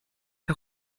der